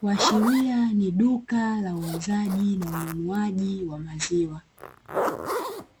Kuashiria ni duka la uuzaji na ununuaji wa maziwa.